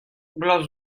bloaz